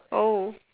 oh